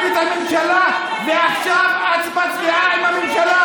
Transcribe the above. את הממשלה ועכשיו את מצביעה עם הממשלה,